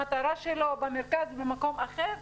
למטרה שלו במרכז במקום אחר,